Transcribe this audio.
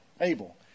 Abel